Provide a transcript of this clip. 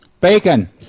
Bacon